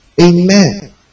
Amen